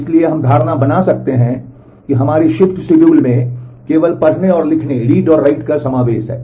इसलिए हम यह धारणा बना सकते हैं कि हमारी शिफ्ट शेड्यूल में केवल पढ़ने और लिखने का समावेश है